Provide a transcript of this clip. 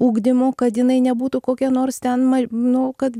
ugdymu kad jinai nebūtų kokia nors ten ma nu kad